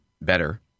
better